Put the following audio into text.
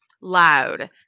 loud